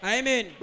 Amen